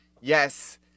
yes